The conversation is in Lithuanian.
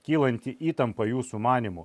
kylanti įtampa jūsų manymu